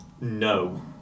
no